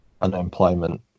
Unemployment